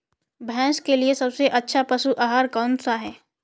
भैंस के लिए सबसे अच्छा पशु आहार कौन सा है?